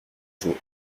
jour